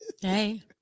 Hey